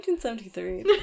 1973